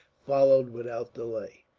followed without delay.